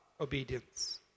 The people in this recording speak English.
obedience